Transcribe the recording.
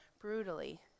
brutally